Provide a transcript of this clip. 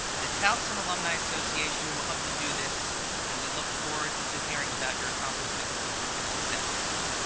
the towson alumni association will help you do this and we look forward to hearing about your accomplishments and successes.